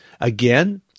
Again